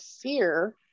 fear